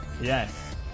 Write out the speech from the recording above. yes